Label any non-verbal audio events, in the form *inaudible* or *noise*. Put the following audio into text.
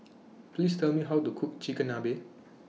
*noise* Please Tell Me How to Cook Chigenabe